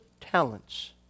talents